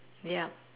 yup